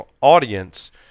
audience